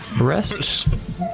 rest